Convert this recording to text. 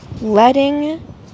letting